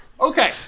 Okay